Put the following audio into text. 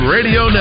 Radio